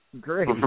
great